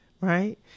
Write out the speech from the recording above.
Right